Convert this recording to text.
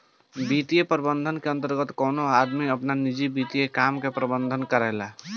वित्तीय प्रबंधन के अंतर्गत कवनो आदमी आपन निजी वित्तीय काम के प्रबंधन करेला